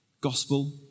Gospel